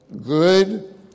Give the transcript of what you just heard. good